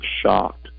shocked